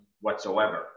whatsoever